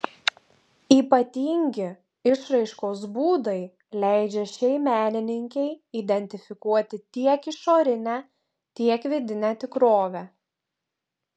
ypatingi išraiškos būdai leidžia šiai menininkei identifikuoti tiek išorinę tiek vidinę tikrovę